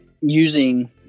Using